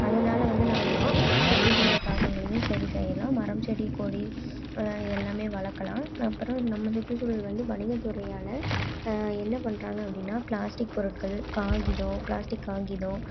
அதனால வந்து நாம வந்து சுற்றுச்சூழல் தாக்கங்களையும் சரி செய்யலாம் மரம் செடி கொடி இதெல்லாமே வளர்க்கலாம் அப்புறம் நம்ம சுற்றுச்சூழல் வந்து வணிகத்துறையால் என்ன பண்ணுறாங்க அப்படின்னா பிளாஸ்டிக் பொருட்கள் காகிதம் பிளாஸ்டிக் காகிதம்